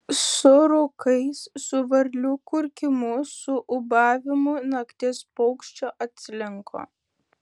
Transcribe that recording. su rūkais su varlių kurkimu su ūbavimu nakties paukščio atslinko